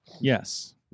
Yes